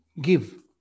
give